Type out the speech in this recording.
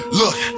look